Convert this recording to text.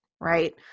right